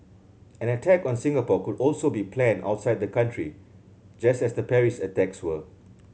an attack on Singapore could also be planned outside the country just as the Paris attacks were